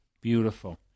Beautiful